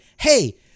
hey